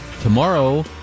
Tomorrow